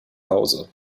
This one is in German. hause